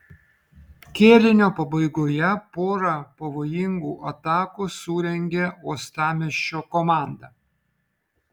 kėlinio pabaigoje porą pavojingų atakų surengė uostamiesčio komanda